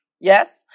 Yes